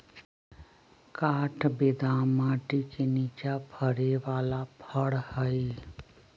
काठ बेदाम माटि के निचा फ़रे बला फ़र हइ